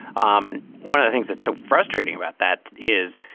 um one of the things that's so frustrating about that is,